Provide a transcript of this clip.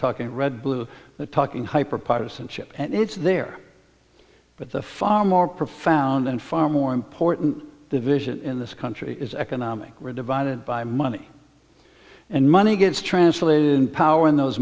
talk in red blue the talking hyper partisanship it's there but the far more profound and far more important division in this country is economic were divided by money and money gets translated in power in those